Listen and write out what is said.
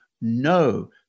no